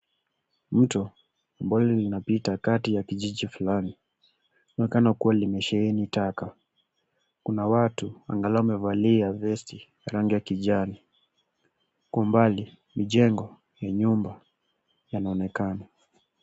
Mto ambalo linapita kati ya kijiji fulani linaonekana kuwa limesheheni taka. Kuna watu ambao wamevalia vesti ya rangi ya kijani. Kwa umbali mijengo ya nyumba inaonekana.